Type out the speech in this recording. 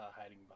hiding